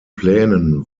plänen